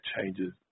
changes